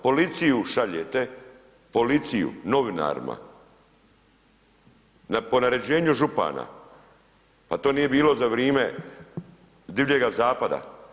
Policiju šaljete, policiju, novinarima, na po naređenju župana, pa to nije bilo za vrijeme divljega zapada.